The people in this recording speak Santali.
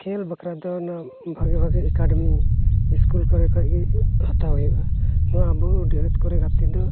ᱠᱷᱮᱞ ᱵᱟᱠᱷᱨᱟ ᱫᱚ ᱱᱚᱣᱟ ᱵᱷᱟᱹᱜᱮ ᱵᱷᱟᱹᱜᱮ ᱮᱠᱟᱰᱮᱢᱤ ᱥᱠᱩᱞ ᱠᱚᱨᱮ ᱠᱷᱚᱡᱜᱮ ᱦᱟᱛᱟᱣ ᱦᱩᱭᱩᱜᱼᱟ ᱱᱚᱣᱟ ᱟᱵᱚ ᱰᱤᱦᱟᱹᱛ ᱠᱚᱨᱮᱜ ᱜᱟᱛᱤᱡ ᱫᱚ